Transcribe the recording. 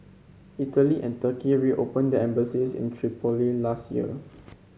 Italy and Turkey reopened their embassies in Tripoli last year